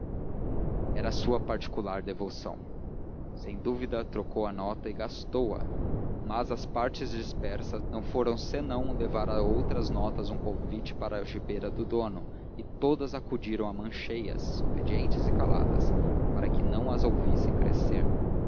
era a sua particular devoção sem dúvida trocou a nota e gastou a mas as partes dispersas não foram senão levar a outras notas um convite para a algibeira do dono e todas acudiram a mancheias obedientes e caladas para que não as ouvissem crescer